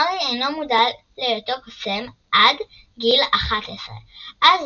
הארי אינו מודע להיותו קוסם עד גיל 11. אז,